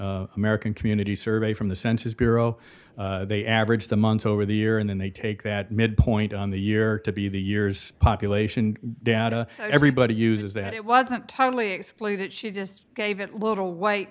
american community survey from the census bureau they average the month over the year and then they take that midpoint on the year to be the years population data so everybody uses that it wasn't totally excluded she just gave it little white